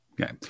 Okay